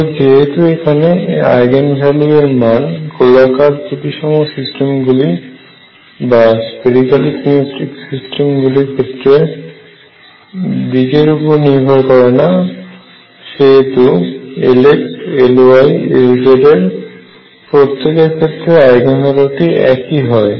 তবে যেহেতু এখানে আইগেন ভ্যালু এর মান গোলাকার প্রতিসম সিস্টেমগুলো ক্ষেত্রে দিক এর উপর নির্ভর করে না সেহেতু Lx Ly Lz এদের প্রত্যেকের ক্ষেত্রে আইগেন ভ্যালুটি একই হয়